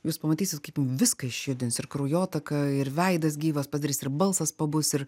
jūs pamatysit kaip viską išjudins ir kraujotaka ir veidas gyvas pasidarys ir balsas pabus ir